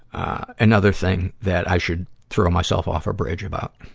another thing that i should throw myself off a bridge about.